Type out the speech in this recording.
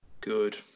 good